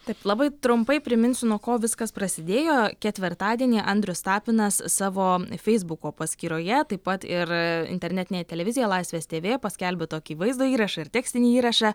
tik labai trumpai priminsiu nuo ko viskas prasidėjo ketvirtadienį andrius tapinas savo feisbuko paskyroje taip pat ir internetinėje televizijoje laisvės tv paskelbė tokį vaizdo įrašą ir tekstinį įrašą